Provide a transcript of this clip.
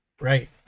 Right